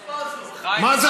מה?